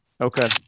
Okay